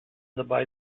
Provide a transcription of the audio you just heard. dabei